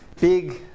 Big